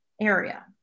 area